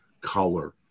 color